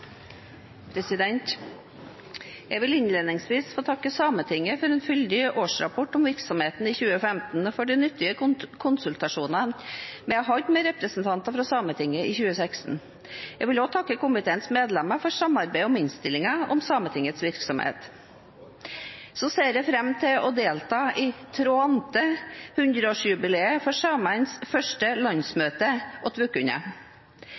Jeg vil innledningsvis få takke Sametinget for en fyldig årsrapport om virksomheten i 2015 og for de nyttige konsultasjonene vi har hatt med representanter fra Sametinget i 2016. Jeg vil også takke komiteens medlemmer for samarbeidet om innstillingen om Sametingets virksomhet. Og så ser jeg fram til å delta i Tråante – 100-årsjubileet for samenes første